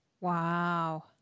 Wow